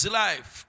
life